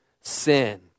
sin